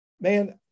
man